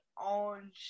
on